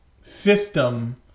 system